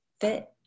fit